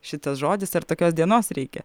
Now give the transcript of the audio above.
šitas žodis ar tokios dienos reikia